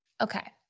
Okay